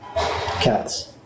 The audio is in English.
Cats